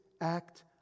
Act